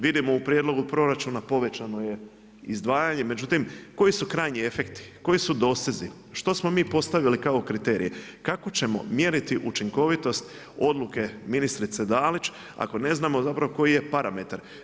Vidimo u prijedlogu proračuna povećano je izdvajanje, međutim koji su krajnji efekti, koji su dosezi, što smo mi postavili kao kriterije, kao ćemo mjeriti učinkovitost odluke ministrice Dalić ako ne znamo zapravo koji je parametar.